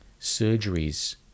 surgeries